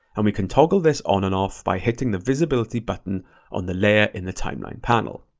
and we can toggle this on and off by hitting the visibility button on the layer in the timeline panel.